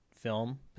film